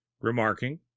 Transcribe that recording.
remarking